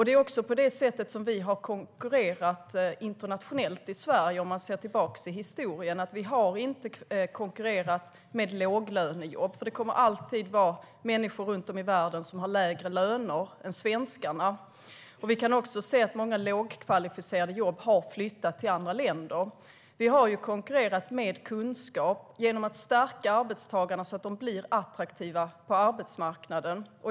Det är på det sättet som vi i Sverige har konkurrerat internationellt - det kan man se om man ser tillbaka i historien. Vi har inte konkurrerat med låglönejobb, för det kommer alltid att vara människor runt om i världen som har lägre löner än svenskarna. Vi kan också se att många lågkvalificerade jobb har flyttat till andra länder. Vi har konkurrerat med kunskap genom att stärka arbetstagarna så att de blir attraktiva på arbetsmarknaden.